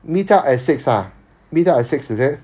meet up at six ah meet up at six is it